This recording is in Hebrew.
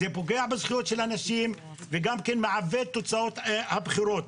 זה פוגע בזכויות של אנשים וגם מעוות את תוצאות הבחירות.